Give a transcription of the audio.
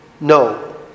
No